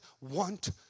want